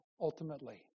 ultimately